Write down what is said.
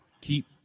keep